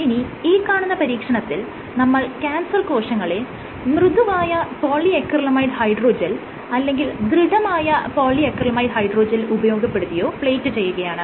ഇനി ഈ കാണുന്ന പരീക്ഷണത്തിൽ നമ്മൾ ക്യാൻസർ കോശങ്ങളെ മൃദുവായ പോളിയക്രിലമൈഡ് ഹൈഡ്രോജെൽ അല്ലെങ്കിൽ ദൃഢമായ പോളിയക്രിലമൈഡ് ഹൈഡ്രോജെൽ ഉപയോഗപ്പെടുത്തിയോ പ്ലേറ്റ് ചെയ്യുകയാണ്